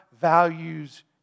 values